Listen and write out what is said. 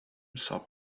saw